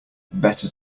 better